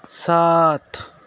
ساتھ